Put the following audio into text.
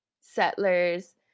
settlers